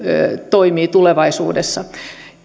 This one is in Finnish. toimii tulevaisuudessa